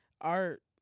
art